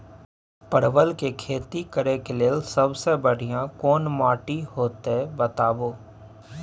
परवल के खेती करेक लैल सबसे बढ़िया कोन माटी होते बताबू?